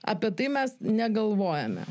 apie tai mes negalvojame